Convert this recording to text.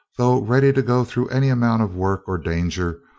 though ready to go through any amount of work or danger,